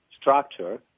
structure